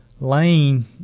Lane